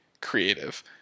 creative